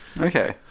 okay